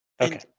Okay